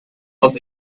aus